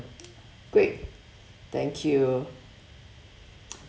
great thank you